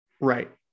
Right